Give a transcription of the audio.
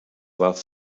warf